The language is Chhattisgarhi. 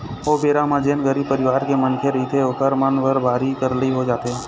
ओ बेरा म जेन गरीब परिवार के मनखे रहिथे ओखर मन बर भारी करलई हो जाथे